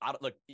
Look